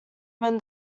when